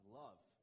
love